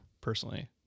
personally